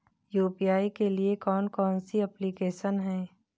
UPI के लिए कौन कौन सी एप्लिकेशन हैं?